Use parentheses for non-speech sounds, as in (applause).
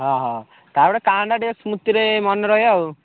ହଁ ହଁ (unintelligible) ସ୍ମୃତିରେ ମନେ ରହିବ ଆଉ